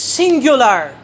singular